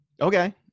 Okay